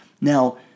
Now